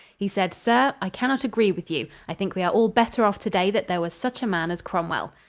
he said, sir, i can not agree with you. i think we are all better off today that there was such a man as cromwell.